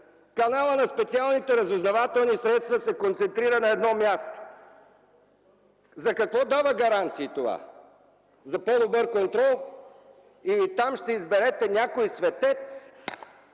Каналът на специалните разузнавателни средства се концентрира на едно място. За какво дава гаранции това? За по-добър контрол ли? Или там ще изберете някой светец,